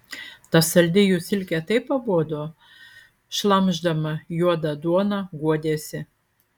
ta saldi jų silkė taip pabodo šlamšdama juodą duoną guodėsi